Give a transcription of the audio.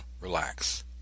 relax